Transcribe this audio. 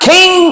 King